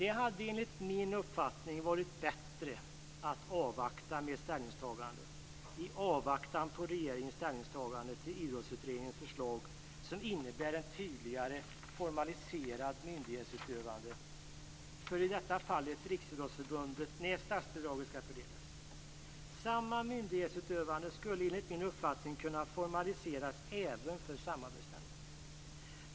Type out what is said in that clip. Det hade enligt min uppfattning varit bättre att vänta med ställningstagandet i avvaktan på regeringens ställningstagande till Idrottsutredningens förslag, som innebär ett tydligare formaliserat myndighetsutövande för i detta fall Riksidrottsförbundet när statsbidraget skall fördelas. Samma myndighetsutövande skulle enligt min uppfattning kunna formaliseras även för Samarbetsnämnden.